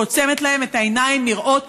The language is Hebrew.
ועוצמת להם את העיניים מראות.